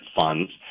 funds